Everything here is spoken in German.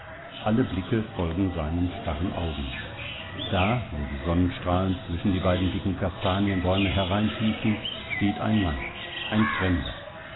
aller blicke folgen seinen starren augen da wo die sonnenstrahlen zwischen die beiden dicken kastanienstämme hereinschießen steht ein mann ein fremder